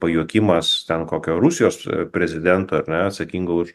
pajuokimas ten kokio rusijos prezidento ar ne atsakingo už